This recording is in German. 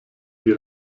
die